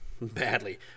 badly